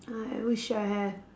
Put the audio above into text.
I wish I have